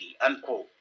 unquote